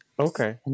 Okay